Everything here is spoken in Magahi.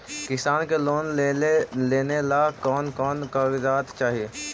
किसान के लोन लेने ला कोन कोन कागजात चाही?